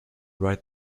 write